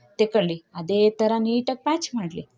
ತೆಕ್ಕೊಳ್ಳಿ ಅದೇ ಥರ ನೀಟಾಗಿ ಪ್ಯಾಚ್ ಮಾಡಲಿ